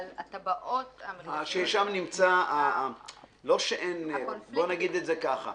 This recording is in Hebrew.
הטבעות המרכזיות --- בוא נגיד את זה ככה.